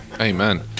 Amen